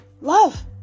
Love